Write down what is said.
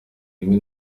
rimwe